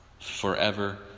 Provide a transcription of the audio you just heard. forever